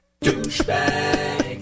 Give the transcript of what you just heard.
Douchebag